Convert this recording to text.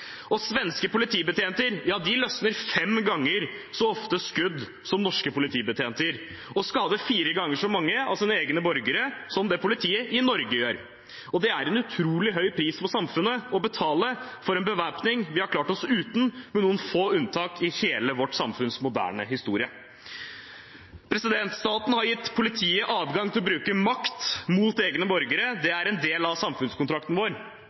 Svenske politibetjenter løsner fem ganger så ofte skudd som norske politibetjenter og skader fire ganger så mange av sine egne borgere som det politiet i Norge gjør. Det er en utrolig høy pris for samfunnet å betale for en bevæpning vi har klart oss uten, med noen få unntak, i hele vårt samfunns moderne historie. Staten har gitt politiet adgang til å bruke makt mot egne borgere. Det er en del av samfunnskontrakten vår.